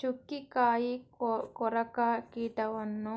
ಚುಕ್ಕಿಕಾಯಿ ಕೊರಕ ಕೀಟವನ್ನು